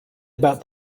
about